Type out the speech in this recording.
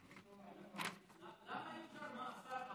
למה אי-אפשר מאסר,